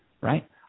right